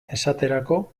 esaterako